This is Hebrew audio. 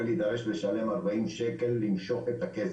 הפועל יידרש לשלם ארבעים שקל על מנת למשוך את הכסף.